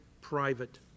private